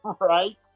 Right